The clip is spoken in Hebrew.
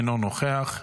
אינו נוכח,